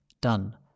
Done